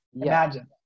imagine